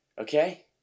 okay